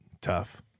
tough